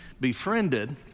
befriended